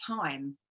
time